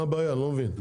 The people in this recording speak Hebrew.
אני לא מבין מה הבעיה,